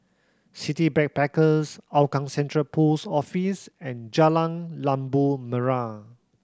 City Backpackers Hougang Central Post Office and Jalan Labu Merah